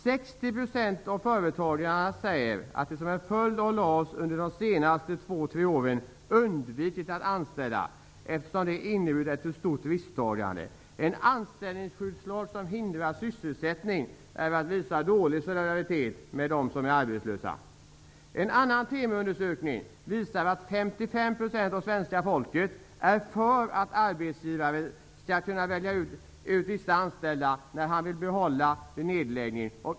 60 % av företagarna säger att de som en följd av LAS har undvikit att anställa ny personal under de senaste två tre åren, eftersom det skulle ha inneburit ett för stort risktagande. Att anställningsskyddslagen hindrar sysselsättningen visar på dålig solidaritet med de arbetslösa. En annan TEMO-undersökning visar att 55 % av svenska folket är för att arbetsgivarna skall kunna välja ut vissa anställda som de vill behålla.